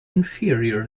inferior